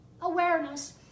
awareness